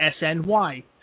SNY